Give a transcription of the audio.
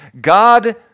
God